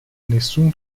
nessun